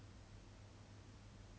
is not correct